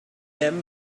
them